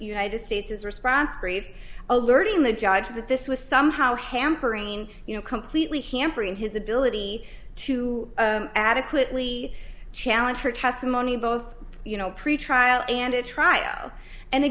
united states his response brief alerting the judge that this was somehow hampering you know completely hampering his ability to adequately challenge her testimony both you know pretrial and a trial and